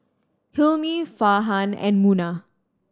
Hilmi Farhan and Munah